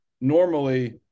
normally